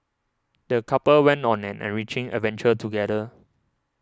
the couple went on an enriching adventure together